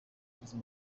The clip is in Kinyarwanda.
buzima